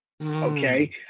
okay